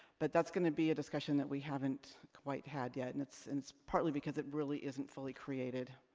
but that's gonna be a discussion that we haven't quite had yet, and it's and it's partly because it really isn't fully created.